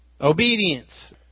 Obedience